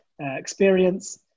experience